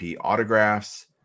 autographs